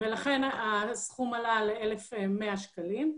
לכן הסכום עלה ל-1,100 שקלים.